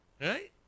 Right